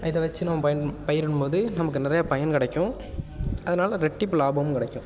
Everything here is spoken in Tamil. இதை வச்சு நம்ம பயன் பயிரிடும் போது நமக்கு நிறையா பயன் கிடைக்கும் அதனால் ரெட்டிப்பு லாபமும் கிடைக்கும்